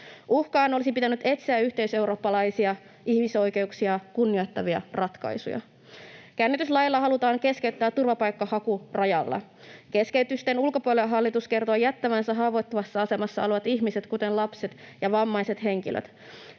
Uhkaan olisi pitänyt etsiä yhteiseurooppalaisia, ihmisoikeuksia kunnioittavia ratkaisuja. Käännytyslailla halutaan keskeyttää turvapaikanhaku rajalla. Keskeytysten ulkopuolelle hallitus kertoo jättävänsä haavoittuvassa asemassa olevat ihmiset, kuten lapset ja vammaiset henkilöt.